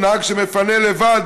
עם נהג שמפנה לבד,